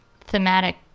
thematic